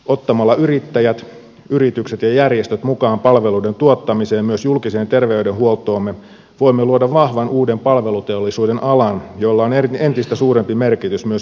ottamalla yrittäjät yritykset ja järjestöt mukaan palveluiden tuottamiseen myös julkiseen terveydenhuoltoon me voimme luoda vahvan uuden palveluteollisuuden alan jolla on entistä suurempi merkitys myös viennin kannalta